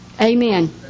Amen